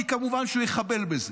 כי כמובן שהוא יחבל בזה.